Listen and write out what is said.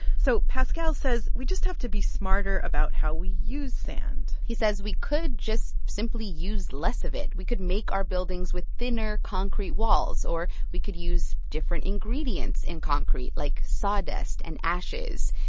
so pascal says we just have to be smarter about how we use sand he says we could just simply use less of it. we could make our buildings with thinner concrete walls, or we could use different ingredients in concrete like sawdust and ashes.